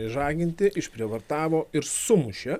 išžaginti išprievartavo ir sumušė